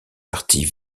partie